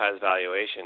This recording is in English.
valuation